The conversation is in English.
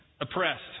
oppressed